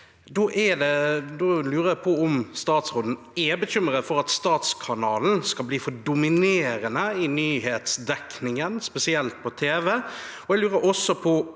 Da lurer jeg på om statsråden er bekymret for at statskanalen skal bli for dominerende i nyhetsdekningen, spesielt på tv.